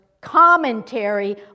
commentary